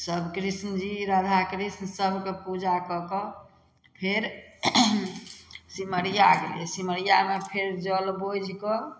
सब कृष्ण जी राधा कृष्ण सबके पूजा कऽ कऽ फेर सिमरिया गेलियै सिमरियामे फेर जल बोझि कऽ